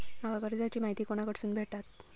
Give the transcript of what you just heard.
माका कर्जाची माहिती कोणाकडसून भेटात?